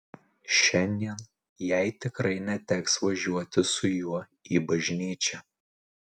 šiandien jai tikrai neteks važiuoti su juo į bažnyčią